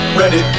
ready